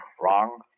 Wrong